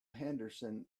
henderson